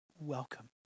welcome